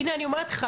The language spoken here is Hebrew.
הנה אני אומרת לך,